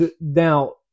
now